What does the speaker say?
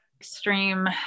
extreme